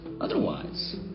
Otherwise